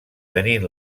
tenint